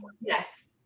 Yes